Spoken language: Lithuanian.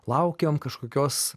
laukiam kažkokios